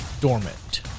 dormant